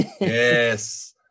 yes